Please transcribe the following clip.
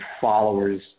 followers